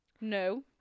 No